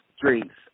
drinks